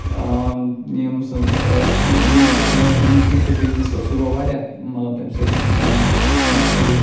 ٲں یِیٚمۍ سٕنٛز ٲس یہِ سُہ کٲم ییٚمۍ سُنٛد سُہ بِزنیٚس اوس سُہ گوٚو واریاہ مطلب تَمہِ سۭتۍ ٲں مہشوٗر